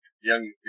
young